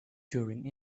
during